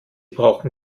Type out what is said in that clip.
brauchen